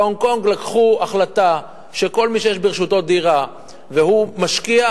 בהונג-קונג החליטו שכל מי שיש ברשותו דירה והוא משקיע,